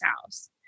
house